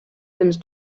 temps